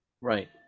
Right